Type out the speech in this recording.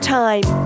time